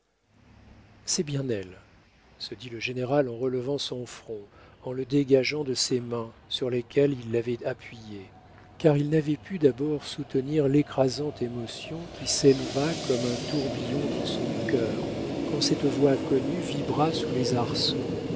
c'est bien elle se dit le général en relevant son front en le dégageant de ses mains sur lesquelles il l'avait appuyé car il n'avait pu d'abord soutenir l'écrasante émotion qui s'éleva comme un tourbillon dans son cœur quand cette voix connue vibra sous les arceaux